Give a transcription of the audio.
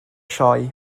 sioe